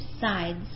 sides